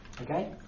Okay